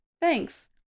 Thanks